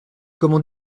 comment